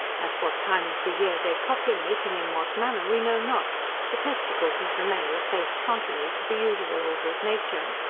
at what time of the year they copulate, and in what manner, we know not the testicles of the male are placed contrary to the usual order of nature.